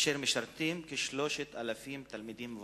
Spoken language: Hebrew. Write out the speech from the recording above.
אשר משרתים כ-3,000 תלמידים מבוגרים.